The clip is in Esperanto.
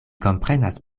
komprenas